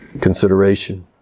consideration